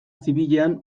zibilean